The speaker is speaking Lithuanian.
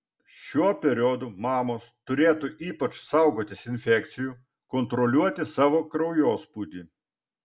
šiuo periodu mamos turėtų ypač saugotis infekcijų kontroliuoti savo kraujospūdį